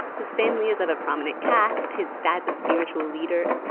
his family's of a prominent caste, his dad's a spiritual leader.